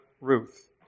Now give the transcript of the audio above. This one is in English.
Ruth